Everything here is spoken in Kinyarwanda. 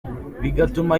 bigatuma